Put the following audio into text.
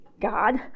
God